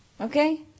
Okay